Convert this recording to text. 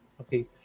okay